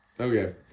Okay